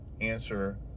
answer